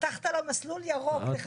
פתחת לו מסלול ירוק בחקיקה.